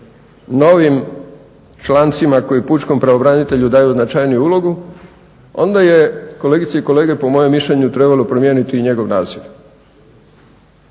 novim člancima koji pučkom pravobranitelju daju značajniju ulogu, onda je kolegice i kolege po mojem mišljenju trebalo promijeniti i njegov naziv.